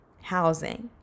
housing